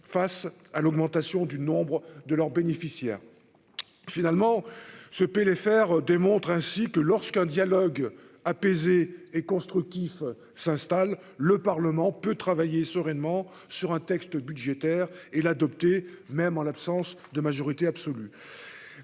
face à l'augmentation du nombre de leurs bénéficiaires. Finalement, ce PLFR démontre que, lorsqu'un dialogue apaisé et constructif s'installe, le Parlement peut travailler sereinement sur un texte budgétaire et l'adopter, même en l'absence de majorité absolue.